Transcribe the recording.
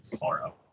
tomorrow